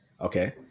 Okay